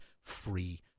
free